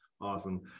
Awesome